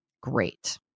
great